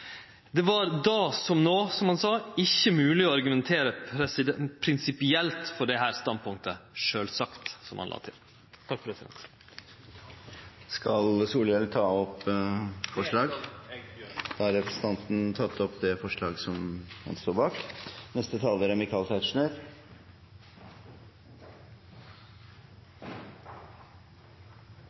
var da, som nå» – som han sa – «ikke mulig å argumentere prinsipielt for statskirkeordningen.» – «Sjølsagt», som han la til. Vil representanten Solhjell ta opp forslag? Det vil eg. Da har representanten Bård Vegar Solhjell tatt opp det forslaget han